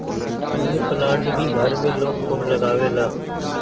मनी plant भी घर में लोग खूब लगावेला